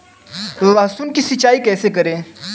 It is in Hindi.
लहसुन की सिंचाई कैसे करें?